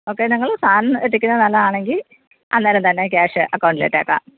okay നിങ്ങൾ സാധനം എത്തിക്കുന്നത് നല്ലതാണെങ്കിൽ അന്നേരം തന്നെ ക്യാഷ് അക്കൗണ്ടിൽ ഇട്ടേക്കാം